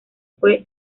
fue